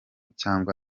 cyangwa